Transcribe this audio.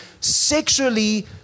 sexually